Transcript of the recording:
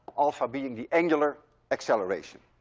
alpha being the angular acceleration.